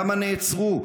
כמה נעצרו,